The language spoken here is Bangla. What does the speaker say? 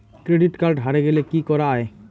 ক্রেডিট কার্ড হারে গেলে কি করা য়ায়?